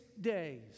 days